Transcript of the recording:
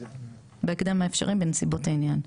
בהקדם האפשרי בנסיבות העניין,